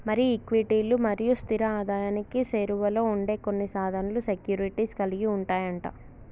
మరి ఈక్విటీలు మరియు స్థిర ఆదాయానికి సేరువలో ఉండే కొన్ని సాధనాలను సెక్యూరిటీస్ కలిగి ఉంటాయి అంట